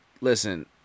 listen